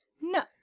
No